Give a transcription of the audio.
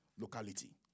locality